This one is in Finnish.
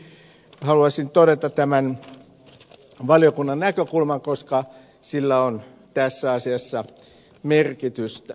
kuitenkin haluaisin todeta tämän valiokunnan näkökulman koska sillä on tässä asiassa merkitystä